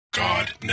God